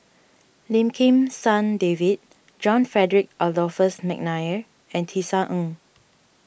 Lim Kim San David John Frederick Adolphus McNair and Tisa Ng